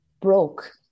broke